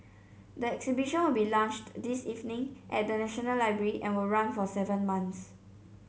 the exhibition will be launched this evening at the National Library and will run for seven months